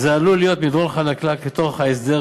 זה עלול להיות מדרון חלקלק לתוך ההסדר